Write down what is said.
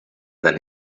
than